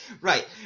Right